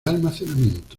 almacenamiento